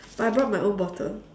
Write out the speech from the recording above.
but I brought my own bottle